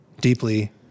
deeply